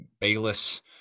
Bayless